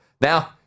Now